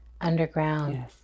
underground